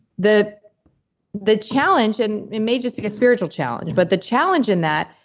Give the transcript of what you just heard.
the the challenge and it may just be a spiritual challenge but the challenge in that,